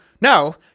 no